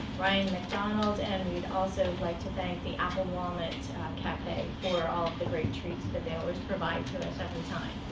ryan and um and we'd also like to thank the apple walnut cafe for all of the great treats that they always provide to us every time.